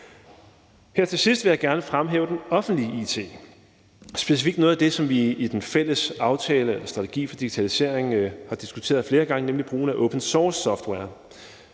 Her til sidst vil jeg gerne fremhæve den offentlige it, specifikt noget af det, som vi i den fælles strategi for digitalisering har diskuteret flere gange, nemlig brugen af open source-software.